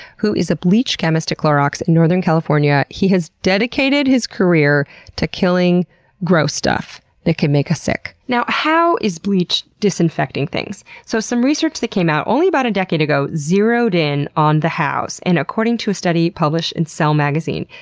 who is a bleach chemist at clorox in northern california. he has dedicated his career to killing gross stuff that could make us sick how is bleach disinfecting things? so some research that came out only about a decade ago zeroed in on the hows. and according to a study published in cell magazine,